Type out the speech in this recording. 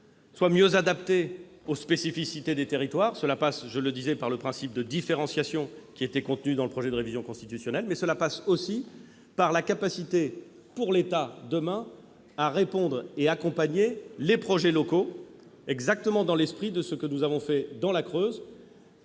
soient mieux adaptées aux spécificités des territoires. Cela passe- je le disais -par le principe de différenciation, qui était contenu dans le projet de révision constitutionnelle, mais cela passe aussi par la capacité pour l'État, demain, d'accompagner les projets locaux, exactement dans l'esprit de ce que nous avons fait dans la Creuse-